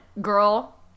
girl